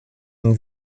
une